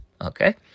okay